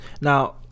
now